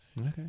Okay